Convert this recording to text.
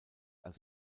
als